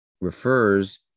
refers